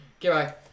Goodbye